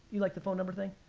you like the phone number thing?